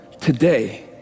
today